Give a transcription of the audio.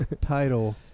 title